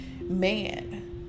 man